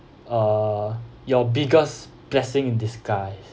uh your biggest blessing in disguise